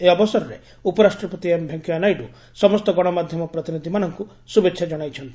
ଏହି ଅବସରରେ ଉପରାଷ୍ଟ୍ରପତି ଏମ୍ ଭେଙ୍କେୟା ନାଇଡୁ ସମସ୍ତ ଗଣମାଧ୍ଧମ ପ୍ରତିନିଧି ମାନଙ୍କୁ ଶୁଭେଛା ଜଣାଇଛନ୍ତି